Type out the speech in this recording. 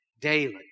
Daily